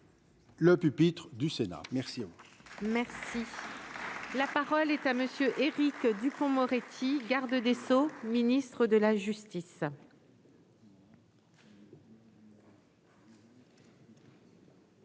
Le pupitre du Sénat merci.